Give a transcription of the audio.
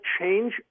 change